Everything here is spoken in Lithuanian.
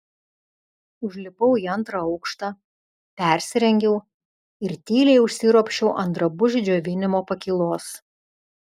užlipau į antrą aukštą persirengiau ir tyliai užsiropščiau ant drabužių džiovinimo pakylos